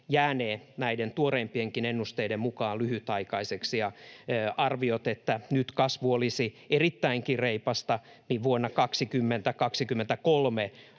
jäänee näiden tuoreimpienkin ennusteiden mukaan lyhytaikaiseksi, ja arvioidaan, että vaikka nyt kasvu olisi erittäinkin reipasta, niin vuonna 2023